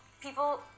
people